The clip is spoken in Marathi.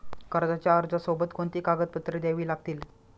कर्जाच्या अर्जासोबत कोणती कागदपत्रे द्यावी लागतील?